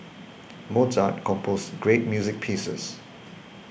Mozart composed great music pieces